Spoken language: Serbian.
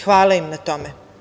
Hvala im na tome.